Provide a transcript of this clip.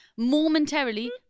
momentarily